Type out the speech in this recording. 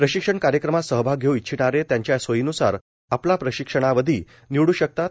प्रशिक्षण कार्यक्रमात सहभाग घेऊ इच्छिणारे त्यांच्या सोयीन्सार आपला प्रशिक्षणावधी निवड् शकतात